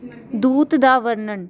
ਦੂਤ ਦਾ ਵਰਣਨ